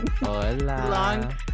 long